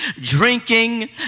drinking